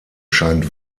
scheint